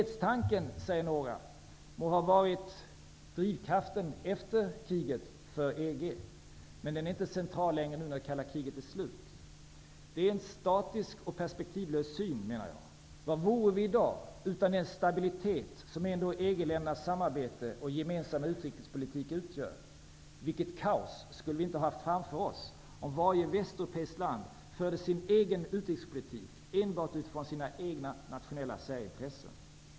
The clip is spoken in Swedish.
Några nämner fredstanken. Den må ha varit drivkraften för EG efter kriget. Men den är inte längre central, nu när det kalla kriget är slut. Detta är en statisk och perspektivlös syn. Vad vore vi i dag utan den stabilitet som ändå EG-ländernas samarbete och gemensamma utrikespolitik utgör? Vilket kaos skulle vi inte ha framför oss om varje västeuropeiskt land förde sin egen utrikespolitik, enbart utifrån sina egna nationella särintressen?